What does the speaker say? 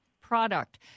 product